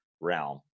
realm